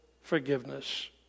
forgiveness